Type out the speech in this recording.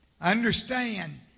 understand